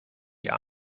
still